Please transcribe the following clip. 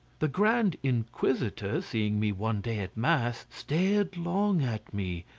the grand inquisitor, seeing me one day at mass, stared long at me,